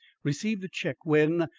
received a check when,